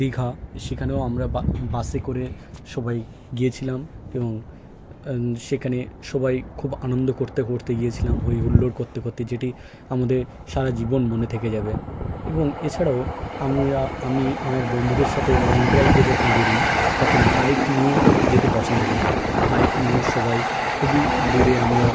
দীঘা সেখানেও আমরা বা বাসে করে সবাই গিয়েছিলাম এবং সেখানে সবাই খুব আনন্দ করতে করতে গিয়েছিলাম হই হুল্লোড় করতে করতে যেটি আমাদের সারা জীবন মনে থেকে যাবে এবং এছাড়াও আমরা আমি আমার বন্ধুদের সাতে লং ড্রাইভে যখন বেরোই তখন বাইক নিয়ে যেতে পছন্দ করি বাইক নিয়ে সবাই খুবই দূরে আমরা